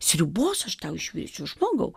sriubos aš tau išvirsiu žmogau